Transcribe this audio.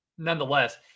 Nonetheless